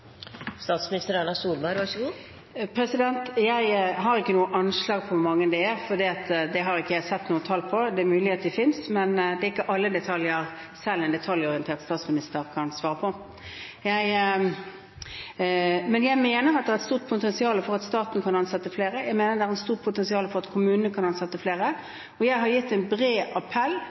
Jeg har ikke noe anslag på hvor mange det er, for det har jeg ikke sett noen tall på. Det er mulig at de finnes, men det er ikke alle detaljer selv en detaljorientert statsminister kan svare på. Men jeg mener at det er et stort potensial for at staten kan ansette flere, og jeg mener det er et stort potensial for at kommunene kan ansette flere. Jeg har gitt en bred appell